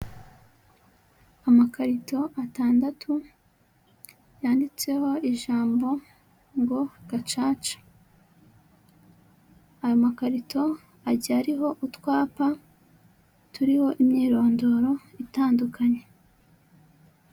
Amakarito atandatu yanditseho ijambo ngo "gacaca"; ayo makarito agiye ariho utwapa turiho imyirondoro itandukanye.